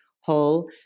whole